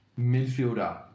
Midfielder